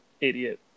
idiot